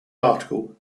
article